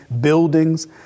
buildings